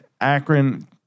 Akron